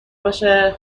باشه